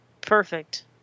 Perfect